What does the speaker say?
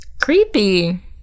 creepy